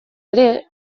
ere